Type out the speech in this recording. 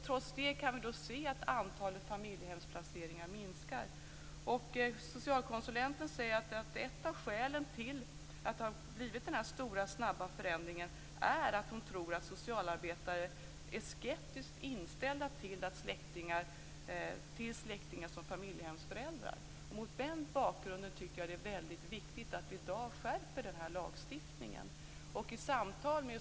Trots det kan vi se att antalet familjehemsplaceringar minskar. Socialkonsulenten säger att ett av skälen till att det har blivit denna snabba förändring är att socialarbetare är skeptiskt inställda till släktingar som familjehemsföräldrar. Mot den bakgrunden är det viktigt att i dag skärpa lagstiftningen.